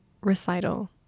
recital